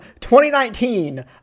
2019